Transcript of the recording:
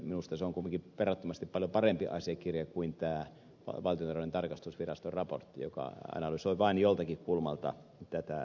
minusta se on kumminkin verrattomasti paljon parempi asiakirja kuin tämä valtiontalouden tarkastusviraston raportti joka analysoi vain joltakin kulmalta tätä maailmaa